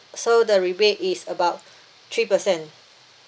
so the rebate is about three per cent